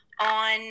on